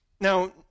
Now